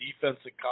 defensive